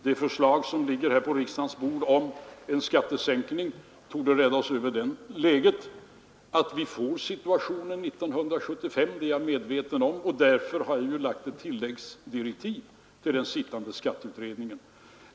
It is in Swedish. De förslag om en skattesänkning som ligger på riksdagens bord torde rädda oss över det läget. Att situationen blir sämre 1975 är jag medveten om. Därför har jag utfärdat tilläggsdirektiv till den pågående skatteutredningen.